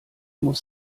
muss